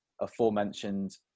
aforementioned